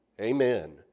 Amen